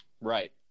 Right